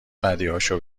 بدیهاشو